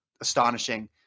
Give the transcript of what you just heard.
astonishing